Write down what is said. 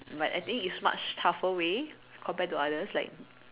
but I think it's much tougher way compared to others like